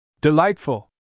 Delightful